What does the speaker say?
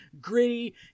gritty